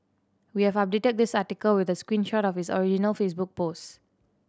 we have updated this article with a screen shot of his original Facebook post